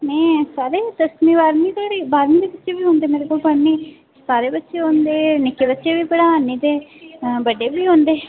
में सारे दसमीं बाह्रनीं धोड़ी बाह्रमीं दे बच्चे बी औंदे मेरे कोल पढ़ने ई सारे बच्चे औंदे निक्के बच्चे बी पढ़ा करनी ते बड्डे बी औंदे